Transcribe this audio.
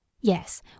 Yes